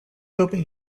hoping